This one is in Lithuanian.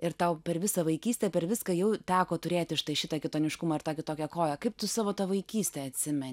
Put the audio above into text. ir tau per visą vaikystę per viską jau teko turėti štai šitą kitoniškumą ir tą tokią koją kaip tu savo tą vaikystę atsimeni